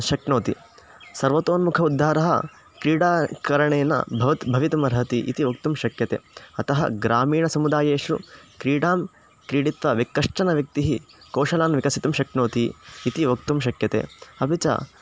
शक्नोति सर्वतोन्मुखः उद्धारः क्रीडाकरणेन भवत् भवितुमर्हति इति वक्तुं शक्यते अतः ग्रामीणसमुदायेषु क्रीडां क्रीडित्वा व्य कश्चन व्यक्तिः कौशलान् विकसितुं शक्नोति इति वक्तुं शक्यते अपि च